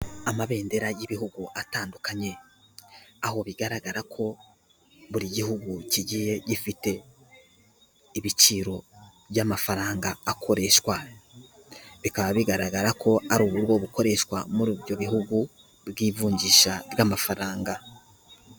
Amabendera y'ibihugu atandukanye aho bigaragara ko buri gihugu kigiye gifite ibiciro by'amafaranga akoreshwa bikaba bigaragara ko ari uburyo bukoreshwa muri ibyo bihugu bw'ivunjisha ry'amafaranga.